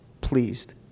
pleased